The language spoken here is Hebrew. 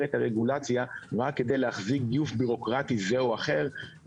את הרגולציה רק כדי להחריג גוף בירוקרטי זה או אחר.